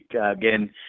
again